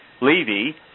Levy